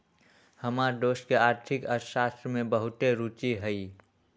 हमर दोस के आर्थिक अर्थशास्त्र में बहुते रूचि हइ